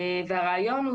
הרעיון הוא